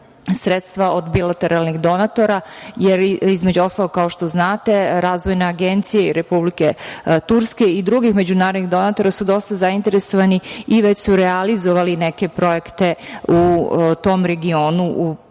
sredstva od bilateralnih donatora, jer, između ostalog, kao što znate, razvojne agencije Republike Turske i drugih međunarodnih donatora su dosta zainteresovani i već su realizovali neke projekte u tom regionu u